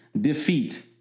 defeat